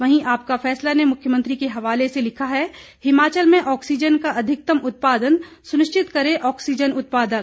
वहीं आपका फैसला ने मुख्यमंत्री के हवाले से लिखा है हिमाचल में ऑक्सीजन का अधिकतम उत्पादन सुनिश्चित करें ऑक्सीजन उत्पादक